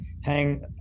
hang